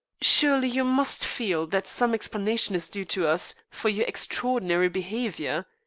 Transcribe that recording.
surely, you must feel that some explanation is due to us for your extraordinary behavior?